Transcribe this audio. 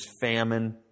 famine